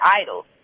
idols